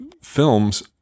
films